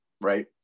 Right